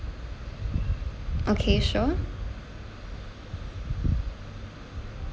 okay sure